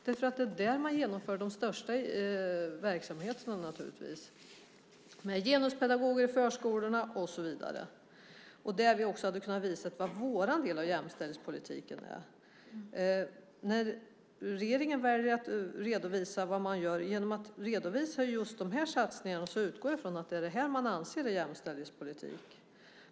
Det är nämligen där man genomför de största verksamheterna, med genuspedagoger i förskolorna och så vidare. Där hade vi också kunnat visa vad vår del av jämställdhetspolitiken är. När regeringen väljer att redovisa vad man gör genom att redovisa just de här satsningarna utgår jag från att det är det här man anser är jämställdhetspolitik.